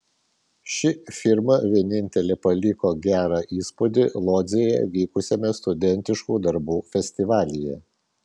ši firma vienintelė paliko gerą įspūdį lodzėje vykusiame studentiškų darbų festivalyje